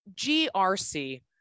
GRC